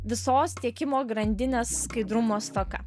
visos tiekimo grandinės skaidrumo stoka